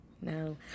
No